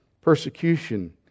Persecution